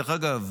דרך אגב,